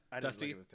dusty